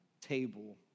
table